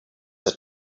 had